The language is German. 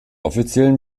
offiziellen